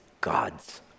God's